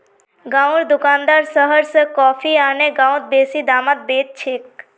गांउर दुकानदार शहर स कॉफी आने गांउत बेसि दामत बेच छेक